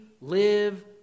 Live